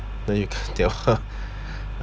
then you cut liao !huh!